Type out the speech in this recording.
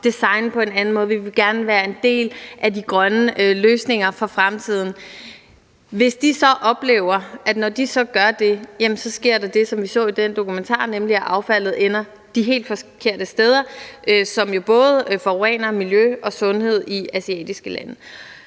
designe på en anden måde, at de gerne vil være en del af de grønne løsninger for fremtiden, så sker der det, når de så gør det, at de oplever det, som vi så i den dokumentar, nemlig at affaldet ender de helt forkerte steder, som jo både forurener miljø og sundhed i asiatiske lande.